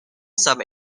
some